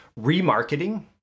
Remarketing